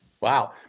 Wow